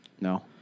No